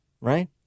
right